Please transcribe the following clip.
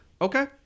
Okay